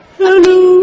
Hello